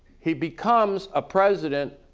he becomes a president,